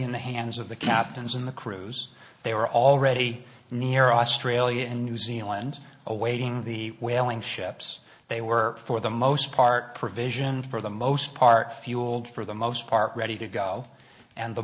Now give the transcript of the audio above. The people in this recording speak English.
in the hands of the captains in the cruise they were already near australia and new zealand awaiting the whaling ships they were for the most part provision for the most part fueled for the most part ready to go and the